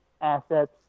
assets